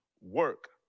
Work